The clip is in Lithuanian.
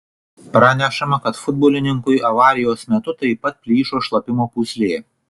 pranešama kad futbolininkui avarijos metu taip pat plyšo šlapimo pūslė